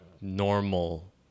normal